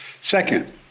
Second